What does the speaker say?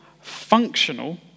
functional